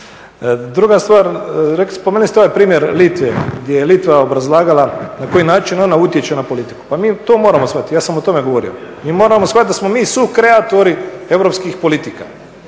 Druga stvar, spomenuli ste ovaj primjer Litve, gdje je Litva obrazlagala na koji način ona utječe na politiku. Pa mi to moramo shvatiti, ja sam o tome govorio. Mi moramo shvatiti da smo mi sukreatori europskih politika